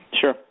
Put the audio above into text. Sure